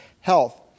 health